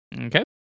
Okay